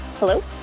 Hello